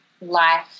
life